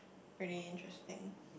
pretty interesting